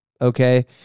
Okay